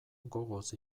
gogoz